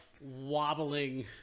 wobbling